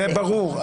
זה ברור.